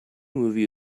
movie